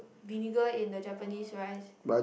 vinegar in the Japanese rice